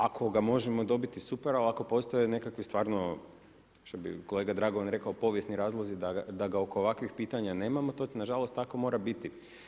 Ako ga možemo dobiti super, ali ako postoje nekakvi stvarno što bi kolega Dragovan rekao povijesni razlozi da ga oko ovakvih pitanja nemamo, nažalost tako mora biti.